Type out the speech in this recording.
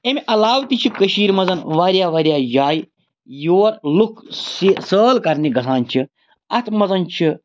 اَمہِ علاوٕ تہِ چھِ کٔشیٖرِ منٛز واریاہ واریاہ جایہِ یور لُکھ سٲل کرنہِ گژھان چھِ اَتھ منٛز چھِ